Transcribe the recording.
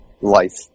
life